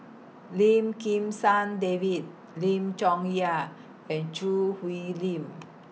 Lim Kim San David Lim Chong Yah and Choo Hwee Lim